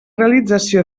realització